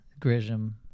Grisham